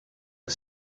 are